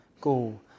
go